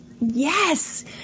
yes